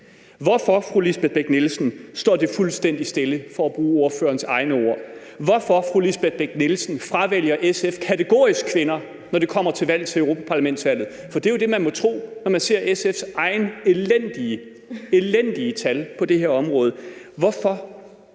Hvorfor, fru Lisbeth Bech-Nielsen, står det, for at bruge ordførerens egne ord, fuldstændig stille? Hvorfor, fru Lisbeth Bech-Nielsen, fravælger SF kategorisk kvinder, når det kommer til valg til Europa-Parlamentet? For det jo det, man må tro, når man ser SF's egne elendige tal på det her område. Hvorfor